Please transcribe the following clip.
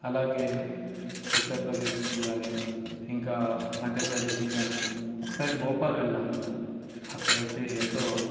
అలాగే ఉత్తరప్రదేశ్కి కానీ ఇంకా మధ్యప్రదేశ్కి కానీ ఒకసారి భోపాల్ వెళ్ళాము అక్కడ అయితే ఎంతో